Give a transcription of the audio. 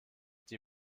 die